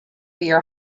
will